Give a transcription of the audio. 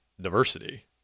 diversity